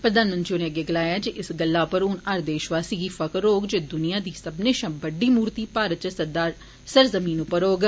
प्रघानमंत्री होरें अग्गै गलाया जे इस गल्ला उप्पर हुन हर देशवासी गी फर्ख होग जे दुनिया दी सब्बनें शा बड्डी मूर्ति भारत दी सर ज़मीन उप्पर होग